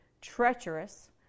treacherous